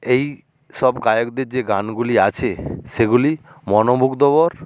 এইসব গায়কদের যে গানগুলি আছে সেগুলি মনোমুগ্ধকর